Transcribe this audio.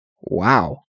Wow